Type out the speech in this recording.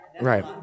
Right